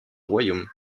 royaume